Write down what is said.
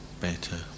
better